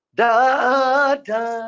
dada